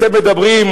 אתם מדברים,